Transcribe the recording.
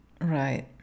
Right